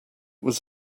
was